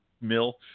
Mill